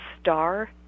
star